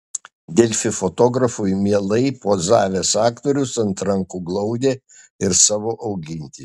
delfi fotografui mielai pozavęs aktorius ant rankų glaudė ir savo augintinį